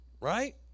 right